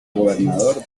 gobernador